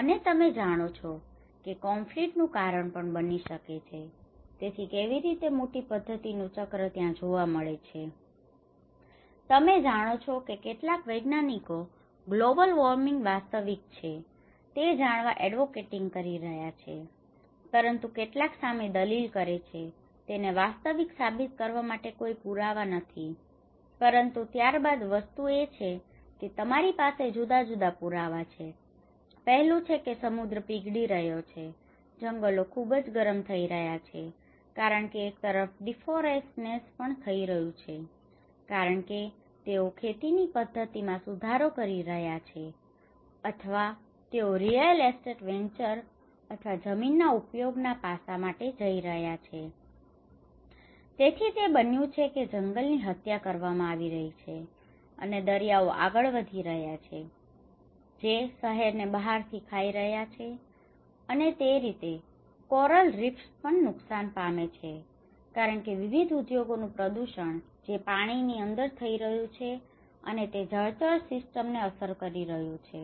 અને તમે જાણો છો કે તે કોન્ફ્લીક્ટ નું કારણ પણ બની શકે છે તેથી કેવી રીતે મોટી પદ્ધતિ નું ચક્ર ત્યાં જોવા મળે છે તમે જાણો છો કે કેટલાક વૈજ્ઞાનિકો ગ્લોબલ વોર્મિંગ વાસ્તવિક છે તે જાણવા એડવોકેટિંગ કરી રહ્યા છે પરંતુ કેટલાક સામે દલીલો કરે છે તેને વાસ્તવિક સાબિત કરવા માટે કોઈ પુરાવા નથી પરંતુ ત્યારબાદ વસ્તુ એ છે કે તમારી પાસે જુદા જુદા પુરાવા છે પહેલું છે કે સમુદ્ર પીગળી રહ્યો છે જંગલો ખુબજ ગરમ થઇ રહ્યાં છે કારણ કે એક તરફ ડીફોરેસ્ટેસન પણ થઇ રહ્યું છે કારણ કાં તો તેઓ ખેતી ની પદ્ધત્તિ માં સુધારો કરી રહ્યા છે અથવા તો તેઓ રીઅલ એસ્ટેટ વેન્ચર અથવા જમીન ના ઉપયોગ ના પાસાઓ માટે જઈ રહ્યા છે તેથી તે બન્યું છે કે જંગલની હત્યા કરવામાં આવી રહી છે અને દરિયાઓ આગળ આવી રહ્યા છે જે શહેરને બહારથી ખાઈ રહ્યા છે અને તે રીતે કોરલ રીફ્સ પણ નુકસાન પામે છે કારણ કે વિવિધ ઉદ્યોગોનું પ્રદૂષણ જે પાણીની અંદર થઈ રહ્યું છે અને તે જળચર સિસ્ટમ ને અસર કરી રહ્યું છે